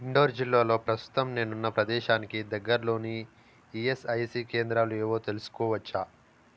indoor జిల్లాలో ప్రస్తుతం నేనున్న ప్రదేశానికి దగ్గరలోని ఈఎస్ఐసీ కేంద్రాలు ఏవో తెలుసుకోవచ్చా